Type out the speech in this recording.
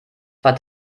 zwar